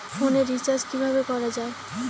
ফোনের রিচার্জ কিভাবে করা যায়?